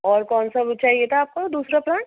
اور کون سا وہ چاہیے تھا آپ کو دوسرا پلانٹ